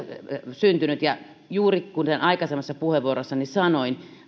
syntynyt ja juuri kuten aikaisemmassa puheenvuorossani sanoin